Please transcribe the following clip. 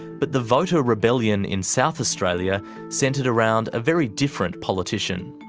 but the voter rebellion in south australia centred around a very different politician.